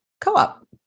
co-op